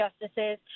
justices